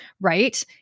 right